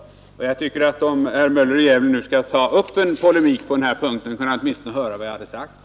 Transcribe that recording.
Om herr Möller i Gävle nu skall ta upp en polemik på denna punkt, kunde han åtminstone höra på vad jag säger.